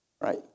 right